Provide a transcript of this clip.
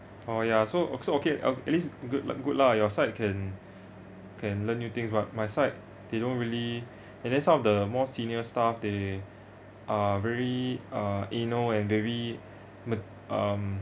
oh ya so so okay ah at least good l~ good lah your side can can learn new things but my side they don't really and then some of the more senior staff they are very uh you know and very m~ um